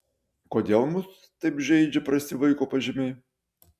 kodėl mus taip žeidžia prasti vaiko pažymiai